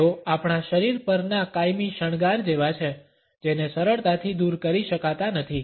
તેઓ આપણા શરીર પરનાં કાયમી શણગાર જેવા છે જેને સરળતાથી દૂર કરી શકાતા નથી